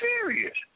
serious